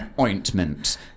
ointment